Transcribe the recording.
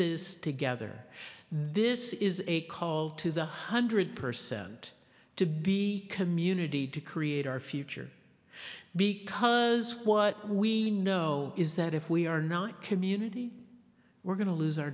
this together this is a call to the one hundred percent to be community to create our future because what we know is that if we are not community we're going to lose our